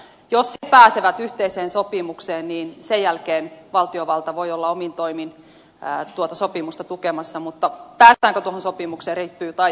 jos ne pääsevät yhteiseen sopimukseen niin sen jälkeen valtiovalta voi olla omin toimin tuota sopimusta tukemassa mutta tähtääkö tulosopimukseen ei kyl tai